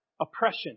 oppression